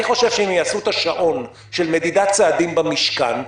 אני חושב שהם יעשו את השעון של מדידת צעדים במשכן,